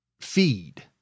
feed